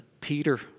Peter